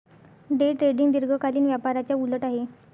day trading दीर्घकालीन व्यापाराच्या उलट आहे